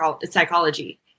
psychology